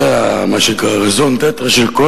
זה מה שנקרא raison d'etreשל כל